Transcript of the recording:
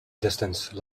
distance